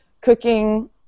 cooking